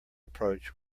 approach